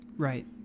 Right